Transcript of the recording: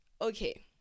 okay